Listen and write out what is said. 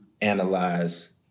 analyze